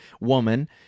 woman